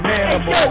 animal